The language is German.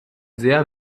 sehr